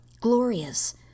glorious